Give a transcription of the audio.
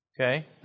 Okay